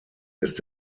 ist